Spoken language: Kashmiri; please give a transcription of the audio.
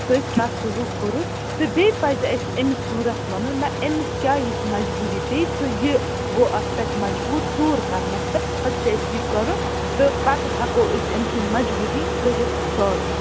سۭتۍ کیاہ سلوٗک کورُتھ تہٕ بیٚیہِ پَزِ اسہِ أمِس ژورس وَنُن نہ أمِسۍ کیاہ یِژھ مجبوٗری پیٚیہِ تہٕ یہِ گوٚو اتھ پٮ۪ٹھ مجبوٗر ژور کَرنس پیٹھ پَتہٕ چھُ اَسہِ یہِ کَرُن تہِ پتہِ ہیٚکو أسۍ أمۍ سٕنٛز مجبوٗری کٔرتھ سالوٗ